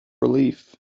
relief